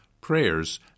prayers